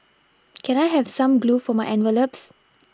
can I have some glue for my envelopes